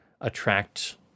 attract